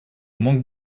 мог